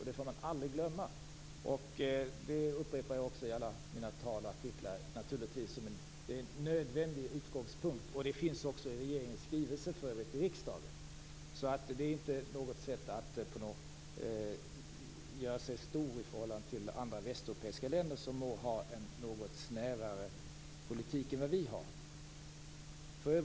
Det är något man aldrig får glömma, och det upprepar jag naturligtvis också i alla mina tal och artiklar. Det är en nödvändig utgångspunkt, och det finns för övrigt också med i regeringens skrivelse till riksdagen. Det är alltså inte något sätt göra sig stor i förhållande till andra västeuropeiska länder, som må ha en något snävare politik än vad vi har.